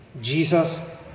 Jesus